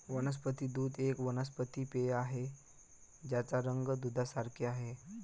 वनस्पती दूध एक वनस्पती पेय आहे ज्याचा रंग दुधासारखे आहे